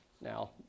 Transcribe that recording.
Now